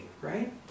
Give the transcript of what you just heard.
right